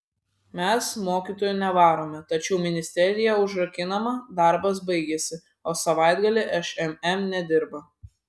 mes mokytojų nevarome tačiau ministerija užrakinama darbas baigėsi o savaitgalį šmm nedirba